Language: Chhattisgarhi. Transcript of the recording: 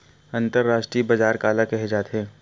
अंतरराष्ट्रीय बजार काला कहे जाथे?